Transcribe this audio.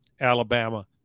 Alabama